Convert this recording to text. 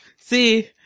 See